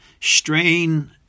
strain